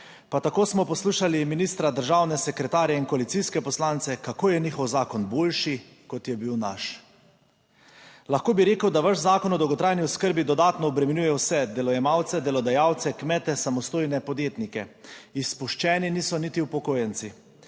Pa tako smo poslušali ministra, državne sekretarje in koalicijske poslance, kako je njihov zakon boljši kot je bil naš. Lahko bi rekel, da vaš Zakon o dolgotrajni oskrbi dodatno obremenjuje vse: delojemalce, delodajalce, kmete, samostojne podjetnike, izpuščeni niso niti upokojenci.